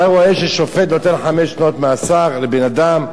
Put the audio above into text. אתה רואה ששופט נותן חמש שנות מאסר לבן-אדם?